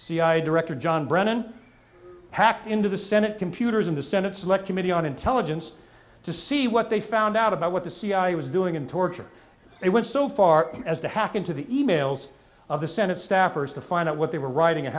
cia director john brennan hacked into the senate computers in the senate select committee on intelligence to see what they found out about what the cia was doing and torture it went so far as to hack into the e mails of the senate staffers to find out what they were writing and